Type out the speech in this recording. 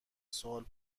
سوال